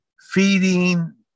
feeding